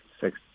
six